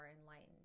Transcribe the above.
enlightened